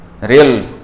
real